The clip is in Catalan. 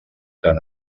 tan